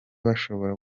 bashobora